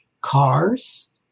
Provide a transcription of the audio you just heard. Cars